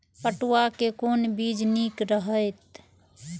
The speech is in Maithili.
पटुआ के कोन बीज निक रहैत?